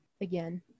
again